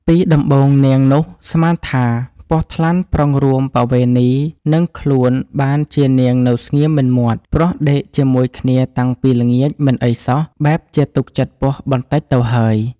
ពីដំបូងនាងនោះស្មានថា ពស់ថ្លាន់ប្រុងរួមបវេណីនិងខ្លួនបានជានាងនៅស្ងៀមមិនមាត់ ព្រោះដេក ជាមួយគ្នាតាំងពីល្ងាចមិនអីសោះបែបជាទុកចិត្ដពស់បន្ដិចទៅហើយ។